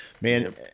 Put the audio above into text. man